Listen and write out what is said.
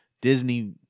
Disney